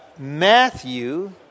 Matthew